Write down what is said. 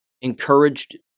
encouraged